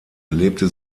lebte